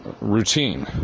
routine